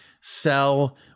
sell